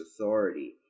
Authority